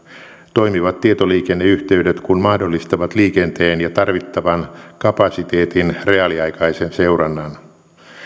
toimivat tietoliikenneyhteydet kun mahdollistavat liikenteen ja tarvittavan kapasiteetin reaaliaikaisen seurannan